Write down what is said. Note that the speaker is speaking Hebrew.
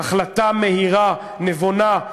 החלטה מהירה, נבונה,